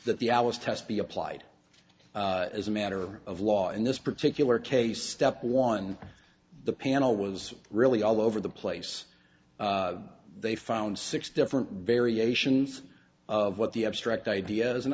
that the alice test be applied as a matter of law in this particular case step one the panel was really all over the place they found six different variations of what the abstract idea is and